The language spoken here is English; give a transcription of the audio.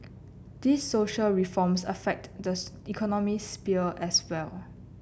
these social reforms affect the economic sphere as well